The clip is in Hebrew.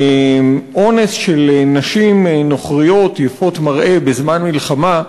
"אונס של נשים נוכריות יפות מראה בזמן מלחמה,